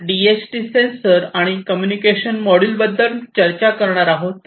आपण DHT sensor आणि communication module बद्दल चर्चा करणार आहोत